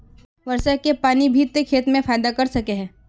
वर्षा के पानी भी ते खेत में फायदा कर सके है?